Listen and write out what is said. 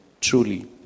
truly